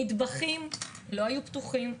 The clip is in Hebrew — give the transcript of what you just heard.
מטבחים לא היו פתוחים.